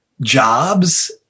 jobs